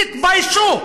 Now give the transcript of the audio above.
תתביישו.